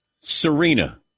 Serena